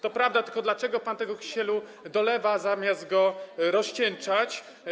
To prawda, tylko dlaczego pan tego kisielu dolewa, zamiast go rozcieńczać?